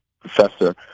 professor